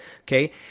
okay